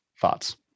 Thoughts